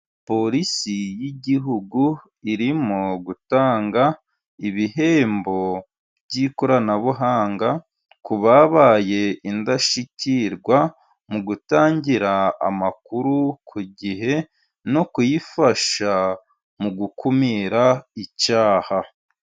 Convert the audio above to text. Polisi y'igihugu irimo gutanga ibihembo by'ikoranabuhanga, ku babaye indashyikirwa mu gutangira amakuru ku gihe, no kuyifasha mu gukumira icyaha.